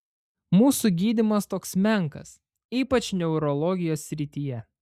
mūsų gydymas toks menkas ypač neurologijos srityje